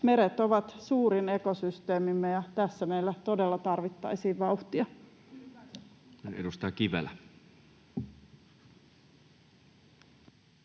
Meret ovat suurin ekosysteemimme, ja tässä meillä todella tarvittaisiin vauhtia.